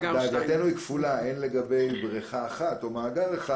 דאגתנו היא כפולה: הן לגבי בריכה 1 או מאגר 1